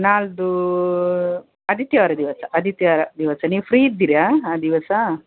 ನಾಡಿದ್ದು ಆದಿತ್ಯವಾರ ದಿವಸ ಆದಿತ್ಯವಾರ ದಿವಸ ನೀವು ಫ್ರೀ ಇದ್ದೀರ ಆ ದಿವಸ